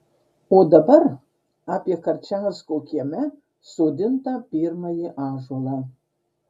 o dabar apie karčiausko kieme sodintą pirmąjį ąžuolą